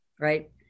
right